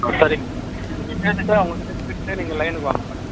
ஆ சரிங்க மேடம் நீங்கள் கேட்டுவிட்டு அவங்கக் கிட்டே கேட்டுவிட்டு நீங்கள் லைனுக்கு வாங்க மேடம்